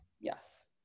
Yes